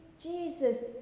Jesus